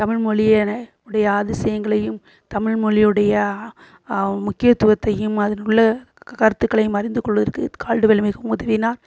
தமிழ் மொழி என உடைய அதிசயங்களையும் தமிழ் மொழி உடைய அ முக்கியத்துவத்தையும் அதன் உள்ள கருத்துக்களையும் அறிந்து கொள்வதற்கு கால்டுவெல் மிகவும் உதவினார்